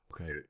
Okay